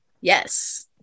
yes